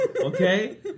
Okay